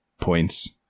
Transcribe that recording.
points